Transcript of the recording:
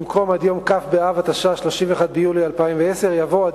במקום "עד יום כ' באב התש"ע (31 ביולי 2010)" יבוא "עד